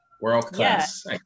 World-class